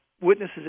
witnesses